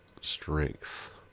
strength